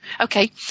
okay